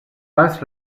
pas